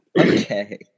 Okay